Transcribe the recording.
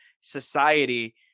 society